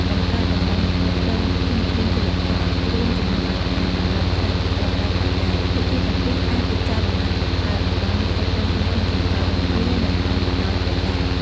បង្កើតតំបន់គ្រប់គ្រងធនធានជលផលរួមជំនួសឱ្យការកំណត់ខ្សែបន្ទាត់ដាច់ដោយឡែក ភាគីទាំងពីរអាចពិចារណាបង្កើតតំបន់គ្រប់គ្រងធនធានជលផលរួមគ្នានៅតាមបណ្តោយព្រំដែន។